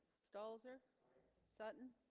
stalls her sutton